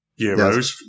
euros